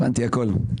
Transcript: הבנתי הכול.